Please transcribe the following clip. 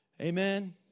Amen